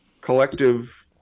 collective